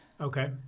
Okay